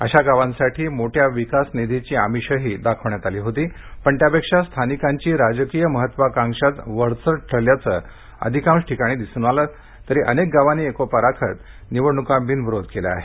अशा गावांसाठी मोठ्या विकासनिधीची आमिषंही दाखवण्यात आली होती पण त्यापेक्षा स्थानिकांची राजकीय महत्वाकांक्षाच वरचढ ठरल्याचं अधिकांश ठिकाणी दिसून आलं तरी अनेक गावांनी एकोपा राखत निवडणुका बिनविरोध केल्या आहेत